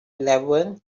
eleven